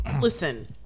listen